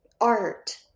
art